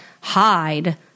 hide